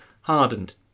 hardened